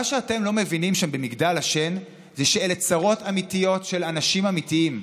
מה שאתם לא מבינים שם במגדל השן זה שאלה צרות אמיתיות של אנשים אמיתיים.